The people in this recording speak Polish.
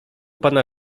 pana